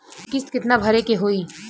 किस्त कितना भरे के होइ?